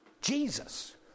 Jesus